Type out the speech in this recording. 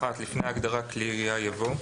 - (1)לפני ההגדרה "כלי ירייה" יבוא: